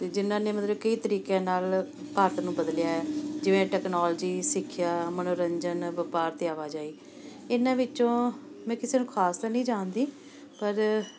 ਅਤੇ ਜਿਨ੍ਹਾਂ ਨੇ ਮਤਲਬ ਕਈ ਤਰੀਕਿਆਂ ਨਾਲ ਭਾਰਤ ਨੂੰ ਬਦਲਿਆ ਜਿਵੇਂ ਟੈਕਨੋਲਜੀ ਸਿੱਖਿਆ ਮਨੋਰੰਜਨ ਵਪਾਰ ਅਤੇ ਆਵਾਜਾਈ ਇਹਨਾਂ ਵਿੱਚੋਂ ਮੈਂ ਕਿਸੇ ਨੂੰ ਖ਼ਾਸ ਤਾਂ ਨਹੀਂ ਜਾਣਦੀ ਪਰ